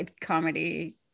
comedy